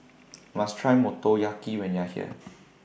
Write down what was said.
YOU must Try Motoyaki when YOU Are here